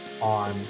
On